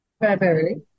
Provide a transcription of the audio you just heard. primarily